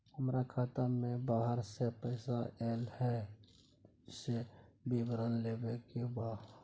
हमरा खाता में बाहर से पैसा ऐल है, से विवरण लेबे के बा?